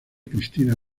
cristina